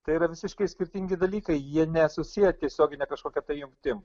tai yra visiškai skirtingi dalykai jie nesusiję tiesiogine kažkokia ta jungtim